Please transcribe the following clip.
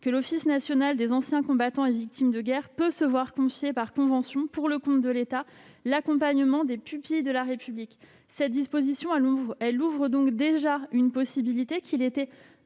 que l'Office national des anciens combattants et victimes de guerre peut se voir confier par convention, pour le compte de l'État, l'accompagnement des pupilles de la République. Cette disposition ouvre une possibilité qu'il était